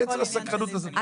יצר הסקרנות הזה.